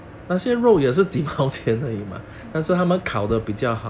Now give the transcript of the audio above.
几毛钱